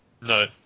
No